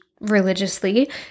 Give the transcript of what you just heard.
religiously